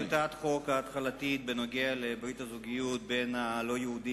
בעניין טיוטת החוק ההתחלתית של ברית הזוגיות בין לא-יהודים,